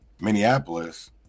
Minneapolis